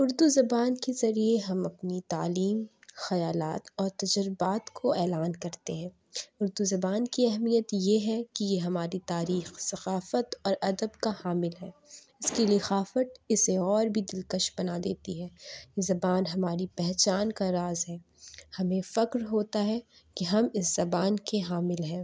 اُردو زبان کی ذریعے ہم اپنی تعلیم خیالات اور تجربات کو اعلان کرتے ہیں اُردو زبان کی اہمیت یہ ہے کہ یہ ہماری تاریخ ثقافت اور ادب کا حامل ہے اِس کی لکھاوٹ اِسے اور بھی دلکش بنا دیتی ہے زبان ہماری پہچان کا راز ہے ہمیں فخر ہوتا ہے کہ ہم اِس زبان کے حامل ہیں